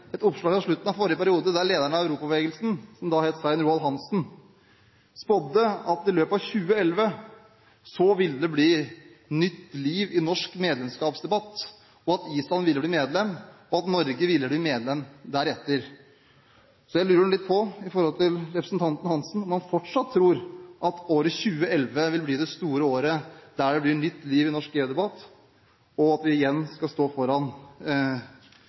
et oppslag fra slutten av forrige periode der lederen av Europabevegelsen, som da het Svein Roald Hansen, spådde at i løpet av 2011 ville det bli nytt liv i norsk medlemskapsdebatt, Island ville bli medlem, og Norge ville bli medlem deretter. Jeg lurer litt på om representanten Hansen fortsatt tror at året 2011 vil bli det store året da det blir nytt liv i norsk EU-debatt, og at vi igjen skal stå foran